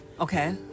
Okay